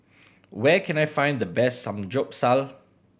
where can I find the best Samgyeopsal